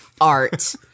art